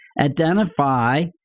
Identify